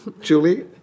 Julie